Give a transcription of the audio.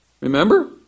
Remember